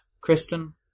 Kristen